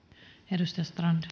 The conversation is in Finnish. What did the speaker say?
arvoisa puhemies